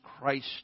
Christ